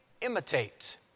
imitate